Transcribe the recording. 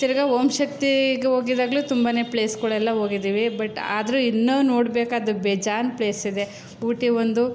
ತಿರುಗಾ ಓಮ್ ಶಕ್ತಿಗೆ ಹೋಗಿದ್ದಾಗ್ಲೂ ತುಂಬನೇ ಪ್ಲೇಸ್ಗಳೆಲ್ಲ ಹೋಗಿದ್ದೀವಿ ಬಟ್ ಆದರೂ ಇನ್ನೂ ನೋಡ್ಬೇಕಾದ್ದು ಬೇಜಾನು ಪ್ಲೇಸ್ ಇದೆ ಊಟಿ ಒಂದು